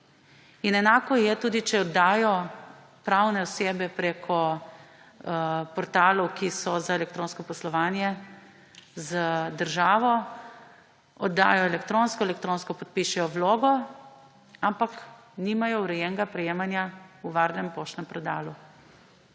Enako je tudi, če oddajo pravne osebe prek portalov, ki so za elektronsko poslovanje z državo – oddajo elektronsko, elektronsko podpišejo vlogo, ampak nimajo urejenega prejemanja v varnem poštnem predalu.